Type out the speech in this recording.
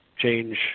change